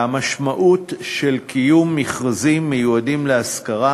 והמשמעות של קיום מכרזים מיועדים להשכרה,